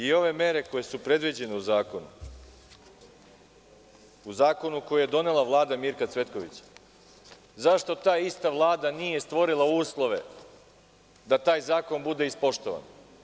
Ove mere koje su predviđene u zakonu, u zakonu koji je donela Vlada Mirka Cvetkovića, zašto ta ista Vlada nije stvorila uslove da taj zakon bude ispoštovan?